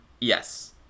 Yes